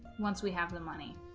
once we have the money